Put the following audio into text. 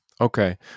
Okay